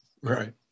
right